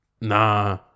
nah